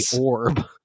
orb